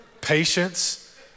patience